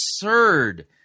absurd